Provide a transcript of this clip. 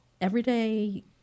everyday